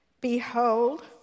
Behold